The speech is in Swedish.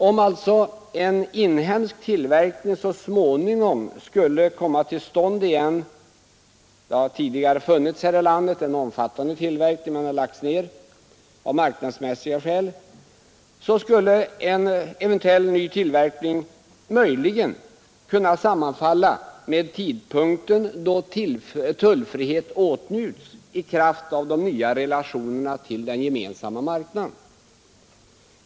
Om också en inhemsk tillverkning så småningom skulle komma till stånd igen — det har tidigare här i landet funnits en omfattande tillverkning som har lagts ned av marknadsmässiga skäl — så skulle en sådan tillverkning möjligen kunna sammanfalla med tidpunkten då tullfrihet åtnjuts i kraft av de nya relationerna till den gemensamma marknaden.